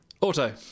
Auto